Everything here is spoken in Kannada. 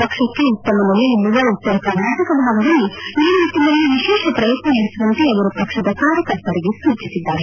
ಪಕ್ಷಕ್ಕೆ ಉತ್ತಮ ನೆಲೆ ಇಲ್ಲದ ಉತ್ತರ ಕರ್ನಾಟಕ ಭಾಗದಲ್ಲಿ ಈ ನಿಟ್ಟಿನಲ್ಲಿ ವಿಶೇಷ ಪ್ರಯತ್ನ ನಡೆಸುವಂತೆ ಅವರು ಪಕ್ಷದ ಕಾರ್ಯಕರ್ತರಿಗೆ ಸೂಚಿಸಿದ್ದಾರೆ